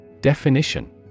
Definition